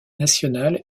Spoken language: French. nationale